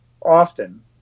often